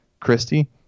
Christie